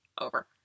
over